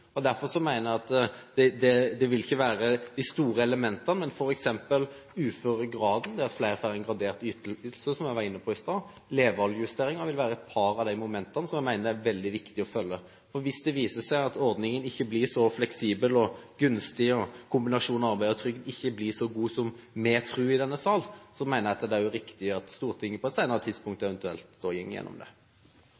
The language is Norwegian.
Derfor mener jeg at det ikke vil være de store elementene, men at f.eks. uføregraden – det at flere får en gradert ytelse, som jeg var inne på i stad – og levealdersjustering vil være et par av de momentene som det er veldig viktig å følge, for hvis det viser seg at ordningen ikke blir så fleksibel og gunstig, og kombinasjonen arbeid og trygd ikke blir så god som vi tror i denne sal, så mener jeg at det er riktig at Stortinget på et senere tidspunkt